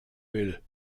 will